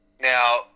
Now